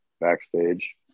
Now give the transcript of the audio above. backstage